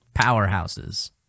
Powerhouses